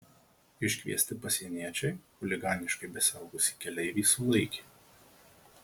iškviesti pasieniečiai chuliganiškai besielgusį keleivį sulaikė